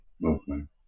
movement